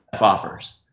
offers